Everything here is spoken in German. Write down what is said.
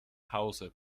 hause